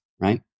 right